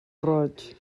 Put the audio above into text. roig